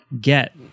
get